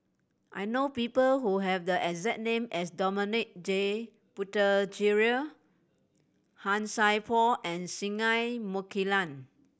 I know people who have the exact name as Dominic J Puthucheary Han Sai Por and Singai Mukilan